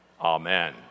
Amen